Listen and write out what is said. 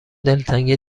دلتنگ